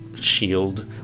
shield